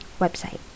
website